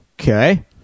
Okay